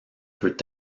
peut